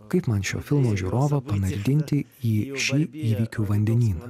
kaip man šio filmo žiūrovą panardinti į šį įvykių vandenyną